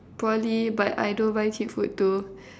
probably but I don't buy cheap food too